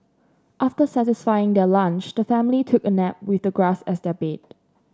after satisfying their lunch the family took a nap with the grass as their bed